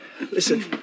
Listen